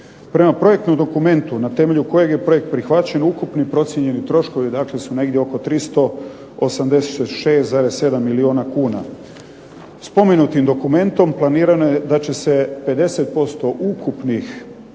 Prema projektnom dokumentu na temelju kojeg je projekt prihvaćen ukupni procijenjeni troškovi, dakle su negdje oko 386,7 milijuna kuna. Spomenutim dokumentom planirano je da će se 50% ukupnih